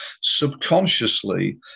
subconsciously